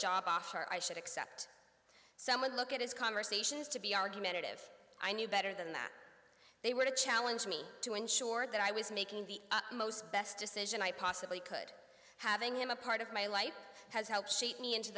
job offer i should accept someone look at his conversations to be argumentative i knew better than that they were to challenge me to ensure that i was making the most best decision i possibly could having him a part of my life has helped shape me into